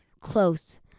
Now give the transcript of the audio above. close